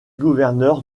gouverneur